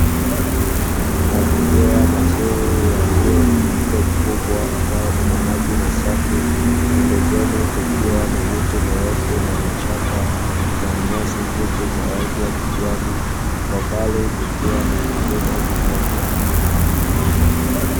Mazingira mazuri yaliyo na mto mkubwa ambao una maji masafi, pembezoni kukiwa na miti mirefu na vichaka na nyasi fupi za rangi ya kijani, kwa mbali kukiwa na vilima virefu.